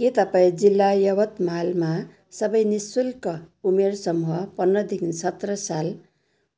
के तपाईँ जिल्ला यवतमालमा सबै नि शुल्क उमेर समूह पन्ध्रदेखि सत्र साल